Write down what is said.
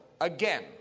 again